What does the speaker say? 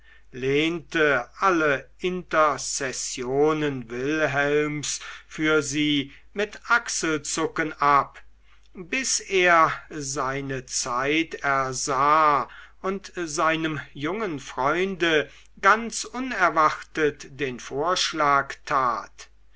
lehnte alle interzessionen wilhelms für sie mit achselzucken ab bis er seine zeit ersah und seinem jungen freunde ganz unerwartet den vorschlag tat